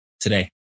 today